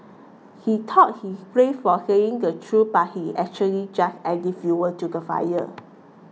he thought he brave for saying the truth but he actually just adding fuel to the fire